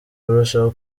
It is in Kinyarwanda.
urushaho